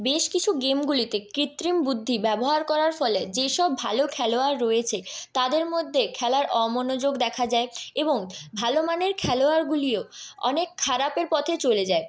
বেশ কিছু গেমগুলিতে কৃত্রিম বুদ্ধি ব্যবহার করার ফলে যেসব ভালো খেলোয়াড় রয়েছে তাদের মধ্যে খেলার অমনোযোগ দেখা যায় এবং ভালো মানের খেলোয়াড়গুলিও অনেক খারাপের পথে চলে যায়